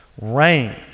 Rain